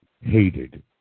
hated